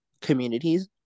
communities